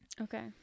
Okay